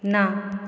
ना